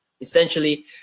essentially